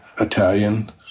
Italian